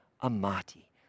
Amati